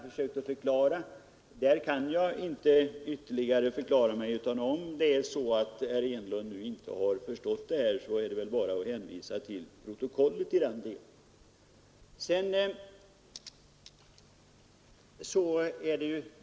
Därutöver kan jag inte ytterligare förklara mig, utan om herr Enlund inte nu har förstått det här, kan jag bara hänvisa till debattprotokollet i den delen.